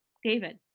david.